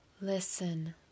Listen